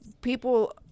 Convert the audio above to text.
people